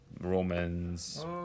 Romans